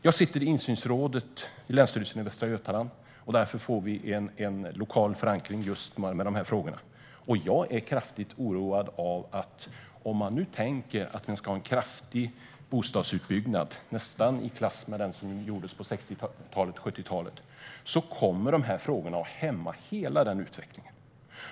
Jag sitter i Insynsrådet i Länsstyrelsen i Västra Götaland, och därför får vi en lokal förankring just i dessa frågor. Om man nu tänker sig en kraftig bostadsutbyggnad, nästan i klass med den som gjordes på 1960 och 1970-talen, är jag orolig att dessa frågor kommer att hämma hela utvecklingen.